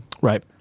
Right